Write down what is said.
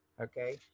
Okay